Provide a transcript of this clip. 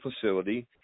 facility